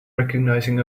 recognizing